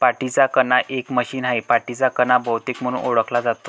पाठीचा कणा एक मशीन आहे, पाठीचा कणा बहुतेक म्हणून ओळखला जातो